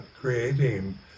creating